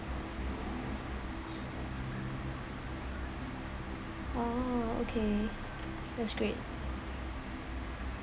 oh okay that's great